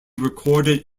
recorded